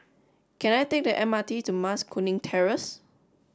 can I take the M R T to Mas Kuning Terrace